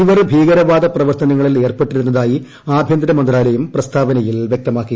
ഇവർ ഭീകരവാദ പ്രവർത്തനങ്ങളിൽ ഏർപ്പെട്ടിരുന്നതായി ആഭ്യന്തരമന്ത്രാലയം പ്രസ്താവനയിൽ വ്യക്തമാക്കി